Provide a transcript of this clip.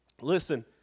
Listen